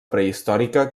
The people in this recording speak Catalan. prehistòrica